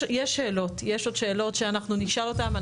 יש עוד שאלות שאנחנו נשאל אותן.